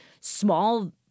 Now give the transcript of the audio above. small